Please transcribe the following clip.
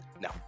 No